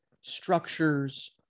structures